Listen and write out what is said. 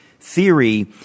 theory